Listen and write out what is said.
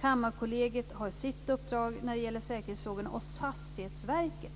Kammarkollegiet har sitt uppdrag när det gäller säkerhetsfrågorna, och Fastighetsverket